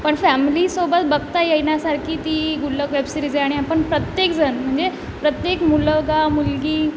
पण फॅमिलीसोबत बघता येण्यासारखी ती गुल्लक वेबसिरीज आहे आणि आपण प्रत्येक जण म्हणजे प्रत्येक मुलगा मुलगी